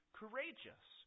courageous